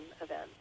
event